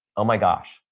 oh my gosh,